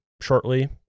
shortly